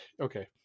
Okay